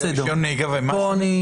רישיון נהיגה ומה עוד?